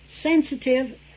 sensitive